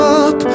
up